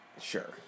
Sure